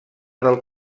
del